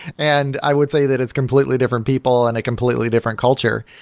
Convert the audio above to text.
and i would say that it's completely different people and a completely different culture.